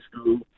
school